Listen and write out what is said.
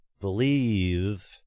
believe